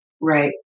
right